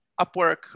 Upwork